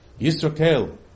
Yisrokel